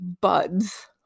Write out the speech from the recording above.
buds